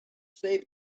save